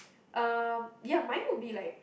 um ya mine would be like